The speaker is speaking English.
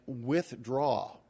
withdraw